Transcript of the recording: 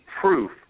proof